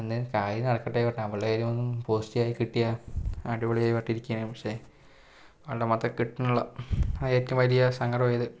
എന്തായാലും കാര്യം നടക്കട്ടെ പറഞ്ഞു അവളുടെ കാര്യം ഒന്ന് പോസിറ്റീവായി കിട്ടിയാൽ അടിപൊളിയായി പറഞ്ഞിട്ട് ഇരിക്കുകയായിരുന്നു പക്ഷേ അവളുടെ മാത്രം കിട്ടണില്ല അതാണ് ഏറ്റവും വലിയ സങ്കടം ആയത്